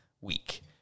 week